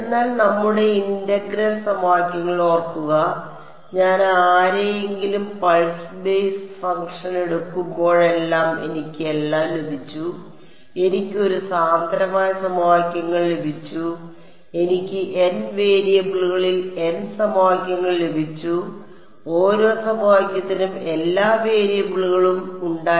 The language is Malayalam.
എന്നാൽ നമ്മുടെ ഇന്റഗ്രൽ സമവാക്യങ്ങളിൽ ഓർക്കുക ഞാൻ ആരെയെങ്കിലും പൾസ് ബേസ് ഫംഗ്ഷൻ എടുക്കുമ്പോഴെല്ലാം എനിക്ക് എല്ലാം ലഭിച്ചു എനിക്ക് ഒരു സാന്ദ്രമായ സമവാക്യങ്ങൾ ലഭിച്ചു എനിക്ക് n വേരിയബിളുകളിൽ n സമവാക്യങ്ങൾ ലഭിച്ചു ഓരോ സമവാക്യത്തിനും എല്ലാ വേരിയബിളുകളും ഉണ്ടായിരുന്നു